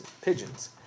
pigeons